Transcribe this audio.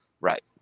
right